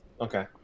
okay